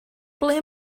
ble